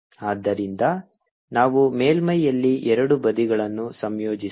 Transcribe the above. ಆದ್ದರಿಂದ ನಾವು ಮೇಲ್ಮೈಯಲ್ಲಿ ಎರಡೂ ಬದಿಗಳನ್ನು ಸಂಯೋಜಿಸೋಣ